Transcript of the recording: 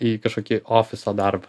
į kažkokį ofiso darbą